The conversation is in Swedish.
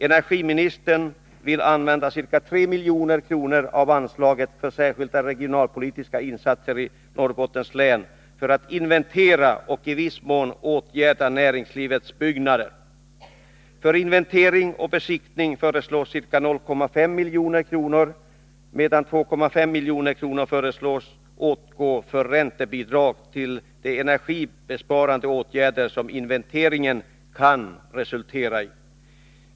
Energiministern vill använda ca 3 milj.kr. av anslaget för särskilda regionalpolitiska insatser i Norrbottens län för att inventera och i viss mån åtgärda näringslivets byggnader. För inventering och besiktning föreslås ca 0,5 milj.kr., medan 2,5 milj.kr. föreslås för räntebidrag till de energisparande 87 åtgärder som inventeringen kan resultera i.